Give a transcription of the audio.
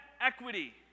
equity